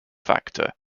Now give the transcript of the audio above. factor